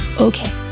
okay